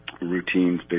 routines